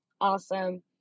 awesome